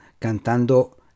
cantando